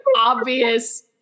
obvious